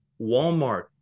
Walmart